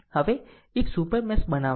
હવે એક super mesh બનાવશે